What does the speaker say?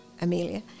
Amelia